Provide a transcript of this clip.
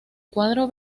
cuadro